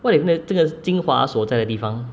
what if 那个这个精华所在的地方